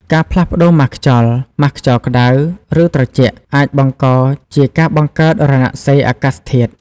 ការផ្លាស់ប្តូរម៉ាស់ខ្យល់ ម៉ាស់ខ្យល់ក្តៅ ឬត្រជាក់ អាចបង្កជាការបង្កើតរណសិរ្សអាកាសធាតុ។